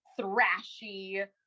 thrashy